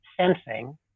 sensing